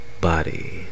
body